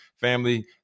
Family